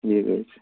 ٹھیٖک حظ چھُ